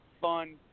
fun